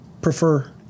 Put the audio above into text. prefer